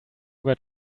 got